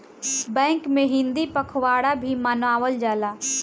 bank में हिंदी पखवाड़ा भी मनावल जाला